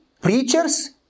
preachers